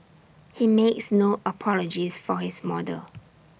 he makes no apologies for his model